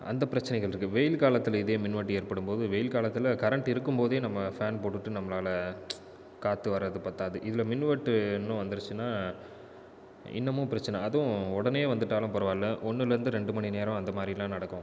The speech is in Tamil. அந்த பிரச்சினைகள் இருக்குது வெயில் காலத்தில் இதே மின்வெட்டு ஏற்படும்போது வெயில் காலத்தில் கரண்ட் இருக்கும்போதே நம்ம ஃபேன் போட்டுக்கிட்டு நம்மளால காற்று வரது பத்தாது இதில் மின்வெட்டு இன்னும் வந்துடுச்சின்னால் இன்னமும் பிரச்சினை அதுவும் உடனே வந்துட்டாலும் பரவாயில்ல ஒன்னுலேருந்து ரெண்டு மணிநேரம் அந்த மாதிரியெல்லாம் நடக்கும்